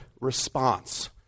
response